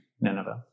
Nineveh